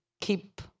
keep